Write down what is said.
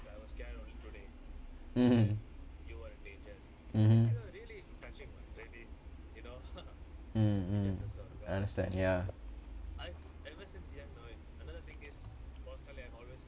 mmhmm mmhmm mm mm understand ya